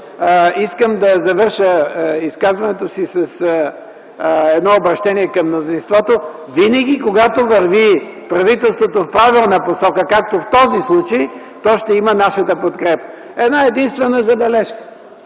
Искам да завърша изказването си с едно обръщение към мнозинството. Винаги, когато правителството върви в правилна посока, както в този случай, то ще има нашата подкрепа. Една-единствена забележка: